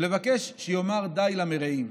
ונבקש שיאמר די למרעים.